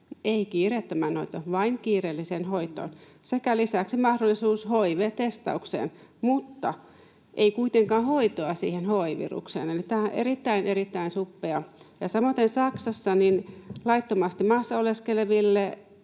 ei kiireettömään hoitoon, vain kiireelliseen hoitoon — sekä lisäksi mahdollisuus hiv-testaukseen, mutta ei kuitenkaan hoitoa siihen hi-virukseen, eli tämä on erittäin, erittäin suppea. Ja samaten Saksassa laittomasti maassa oleskelevilla